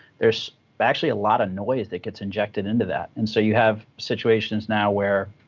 there's but actually a lot of noise that gets injected into that. and so you have situations now where,